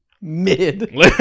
mid